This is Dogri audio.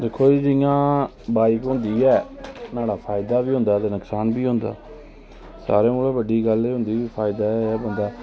दिक्खो जी जियां बााईक होंदी ऐ न्हाड़ा फायदा बी होंदा ते नुक्सान बी होंदा सारें शा बड्डी गल्ल ऐ कि फायदा एह् होंदा कि